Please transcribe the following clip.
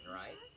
right